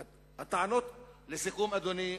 לסיכום, אדוני,